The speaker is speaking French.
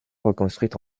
reconstruite